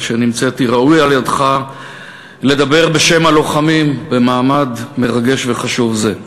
על שנמצאתי ראוי בעיניך לדבר בשם הלוחמים במעמד מרגש וחשוב זה.